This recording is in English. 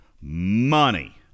Money